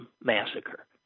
massacre